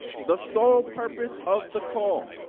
the sole purpose of the call